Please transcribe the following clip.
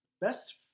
best